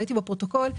ראיתי בפרוטוקול,